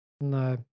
No